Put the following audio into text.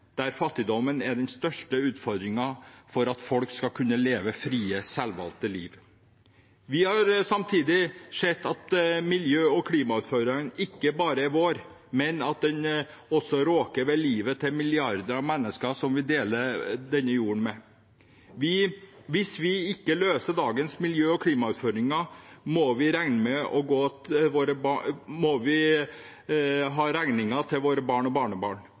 der fattigdommen er den største utfordringen for at folk skal kunne leve frie, selvvalgte liv. Vi har samtidig sett at klima- og miljøutfordringen ikke bare er vår, men at den også rokker ved livet til milliarder av mennesker som vi deler denne jorda med. Hvis vi ikke løser dagens miljø- og klimautfordringer, må vi gi regningen til våre barn og barnebarn.